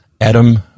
Adam